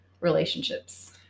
relationships